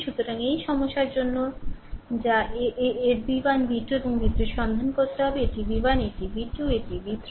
সুতরাং এই সমস্যার জন্য যা এর এর v1 v2 এবং v3 সন্ধান করতে হবে এটি v1 এটি v2 এবং এটি v3